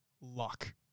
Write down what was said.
luck